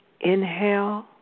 Inhale